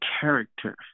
character